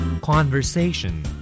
Conversation